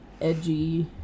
edgy